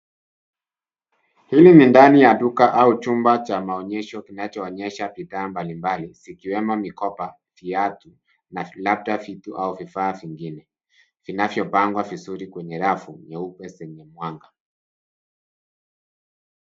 Hili ni ndani ya duka au chumba cha maonyesho kinachoonyesha bidhaa mbali mbali zikiwemo mikoba, viatu na labda vitu au vifaa vingine vinavyopangwa vizuri kwenye rafu nyeupe zenye mwanga